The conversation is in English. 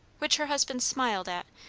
which her husband smiled at,